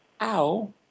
Ow